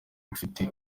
ufite